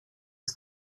ist